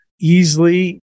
easily